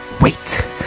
Wait